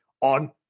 on